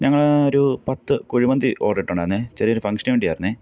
ഞങ്ങൾ ഒരു പത്ത് കുഴിമന്തി ഓഡർ ഇട്ടിട്ടുണ്ടാരുന്നു ചെറിയൊരു ഫംഗ്ഷനു വേണ്ടിയാരുന്നു